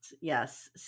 Yes